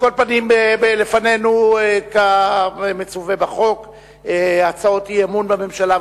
לפנינו כמצווה בחוק הצעות אי-אמון בממשלה,